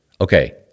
Okay